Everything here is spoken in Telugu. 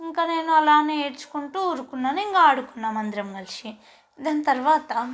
ఇంకా నేను అలానే ఏడ్చుకుంటూ ఊరుకున్నాను ఇంక ఆడుకున్నాం అందరం కలిసి దాని తర్వాత